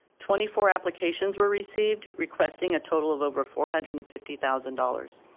twenty four applications were received requesting a total of over four hundred and fifty thousand dollars,